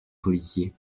policier